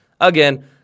Again